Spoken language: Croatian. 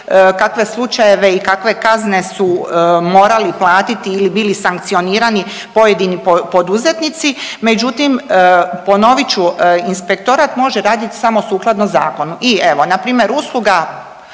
kakve slučajeve i kakve kazne su morali platiti ili bili sankcionirani pojedini poduzetnici, međutim, ponovit ću, inspektorat može raditi samo sukladno zakonu i evo, npr. usluga